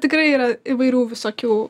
tikrai yra įvairių visokių